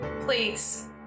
Please